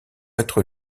être